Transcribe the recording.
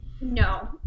No